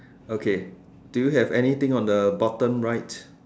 okay do you have anything on the bottom right